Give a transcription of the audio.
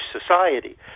society